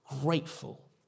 grateful